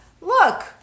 look